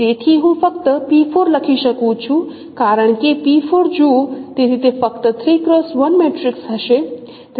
તેથી હું ફક્ત લખી શકું છું કારણ કે જુઓ તેથી તે ફક્ત 3x1 મેટ્રિક્સ હશે